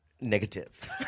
Negative